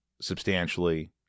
substantially